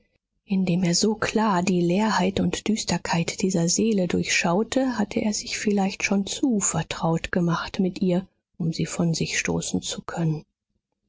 indem er so klar die leerheit und düsterkeit dieser seele durchschaute hatte er sich vielleicht schon zu vertraut gemacht mit ihr um sie von sich stoßen zu können